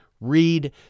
read